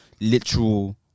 literal